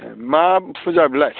ए मा फुजा बेलाय